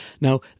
Now